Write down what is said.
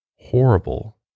horrible